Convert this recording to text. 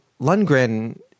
Lundgren